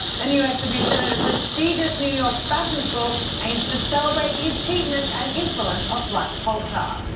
and new exhibition at a prestigious new york fashion school aims to celebrate the achievements and influence of black culture.